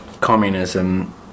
Communism